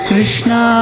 Krishna